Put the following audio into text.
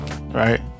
right